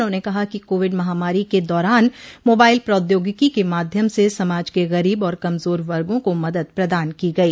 उन्होंने कहा कि कोविड महामारी के दारान मोबाइल प्रौद्योगिकी के माध्यम से समाज के गरीब और कमजोर वर्गों को मदद प्रदान की गई